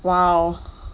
!wow!